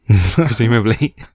Presumably